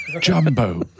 Jumbo